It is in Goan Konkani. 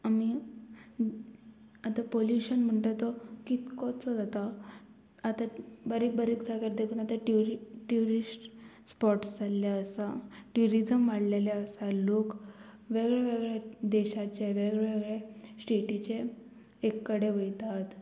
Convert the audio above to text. आमी आतां पोल्युशन म्हणटा तो कितकोचो जाता आतां बारीक बारीक जाग्यार देकून आतां ट्युरि ट्युरिस्ट स्पोट्स जाल्ले आसा ट्युरिजम वाडलेलें आसा लोक वेगळेवेगळ्या देशाचे वेगळेवेगळे स्टेटीचे एक कडेन वयतात